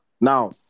Now